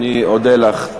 אני אודה לך.